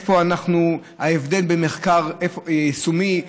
ההבדל בין מחקר יישומי,